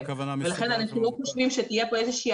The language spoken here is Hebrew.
ולכן אנחנו לא חושבים שתהיה פה איזה שהיא